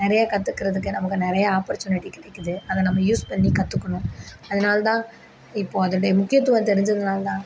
நிறைய கற்றுக்கிறதுக்கு நமக்கு நிறையா ஆப்பர்ச்சுனிட்டி கிடைக்குது அதை நம்ம யூஸ் பண்ணி கற்றுக்கணும் அதனாலதான் இப்போது அதோடைய முக்கியத்துவம் தெரிஞ்சதனால் தான்